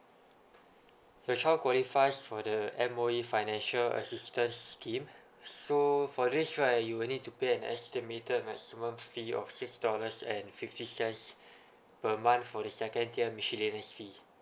your child qualifies for the M_O_E financial assistance scheme so for this right you will need to pay an estimated maximum fee of six dollars and fifty cents per month for the second tier miscellaneous fee